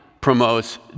promotes